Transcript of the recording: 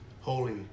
holy